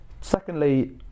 Secondly